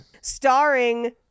Starring